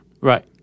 Right